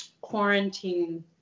quarantine